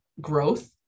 growth